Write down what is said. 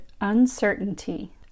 Uncertainty